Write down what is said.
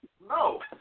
no